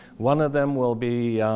one of them will be